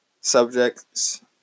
subjects